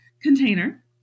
container